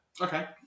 Okay